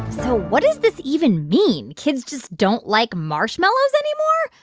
so what does this even mean? kids just don't like marshmallows anymore?